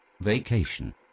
Vacation